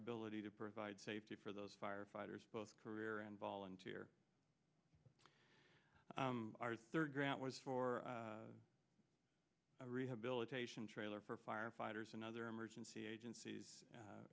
ability to provide safety for those firefighters both career and volunteer our third grant was for rehabilitation trailer for firefighters and other emergency agencies